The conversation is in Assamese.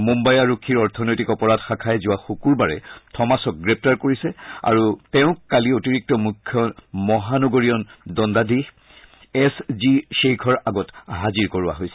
মুম্বাই আৰক্ষীৰ অৰ্থনৈতিক অপৰাধ শাখাই যোৱা শুকুৰবাৰে থমাছক গ্ৰেপ্তাৰ কৰিছে আৰু তেওঁক কালি অতিৰিক্ত মুখ্য মহানগৰীয় দণ্ডাধীশ এছ জি শ্বেইখৰ আগত হাজিৰ কৰিছিল